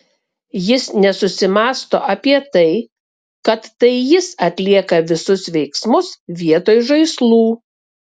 jis nesusimąsto apie tai kad tai jis atlieka visus veiksmus vietoj žaislų